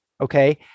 okay